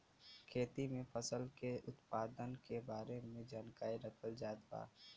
खेती में फसल के उत्पादन के बारे में जानकरी रखल जात बा